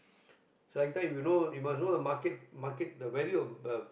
like every time you know must know the market market value of the